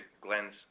Glenn's